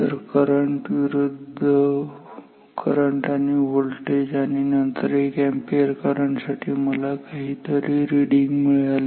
तर करंट आणि व्होल्टेज आणि नंतर एक अॅम्पियर करंट साठी मला काहीतरी रिडिंग मिळाली